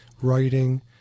writing